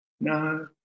No